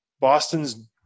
Boston's